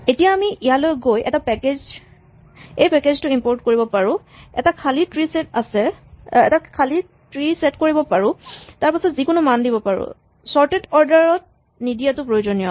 এতিয়া আমি ইয়ালৈ গৈ এই পেকেজ টো ইমপৰ্ট কৰিব পাৰো এটা খালী ট্ৰী ছেট কৰিব পাৰো তাৰপাছত যিকোনো মান দিব পাৰো চৰ্টেড অৰ্ডাৰ ত নিদিয়াটো প্ৰয়োজনীয়